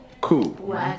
Cool